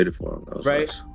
right